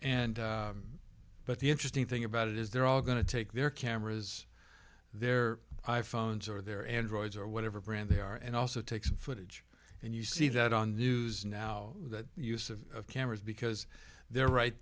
and but the interesting thing about it is they're all going to take their cameras there i phones or their androids or whatever brand they are and also take some footage and you see that on the news now that use of cameras because they're right